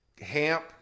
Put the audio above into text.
hamp